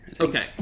Okay